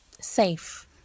Safe